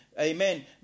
Amen